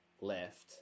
left